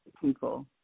people